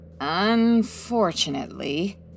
Unfortunately